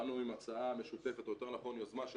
באנו עם הצעה משותפת או יותר נכון יוזמה של